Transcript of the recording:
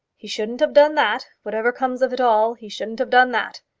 he shouldn't have done that. whatever comes of it all, he shouldn't have done that.